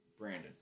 Brandon